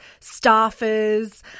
staffers